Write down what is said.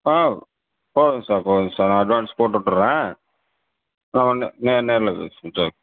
ஆ போதுங்க சார் போதுங்க சார் நான் அட்வான்ஸ் போட்டு விட்டுறேன் நான் உடனே நே நேரில் பேசிப்போம் சார்